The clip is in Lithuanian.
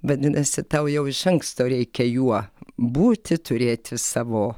vadinasi tau jau iš anksto reikia juo būti turėti savo